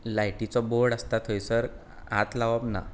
लायटीचो बोर्ड आसता थंयसर हात लावप ना